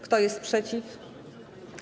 Kto jest przeciw?